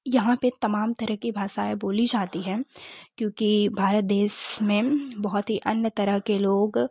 यहाँ पर तमाम तरह की भाषाएं बोली जाती हैं क्योंकि भारत देश में बहुत ही अन्य तरह के लोग